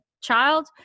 child